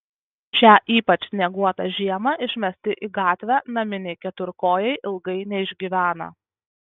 šią ypač snieguotą žiemą išmesti į gatvę naminiai keturkojai ilgai neišgyvena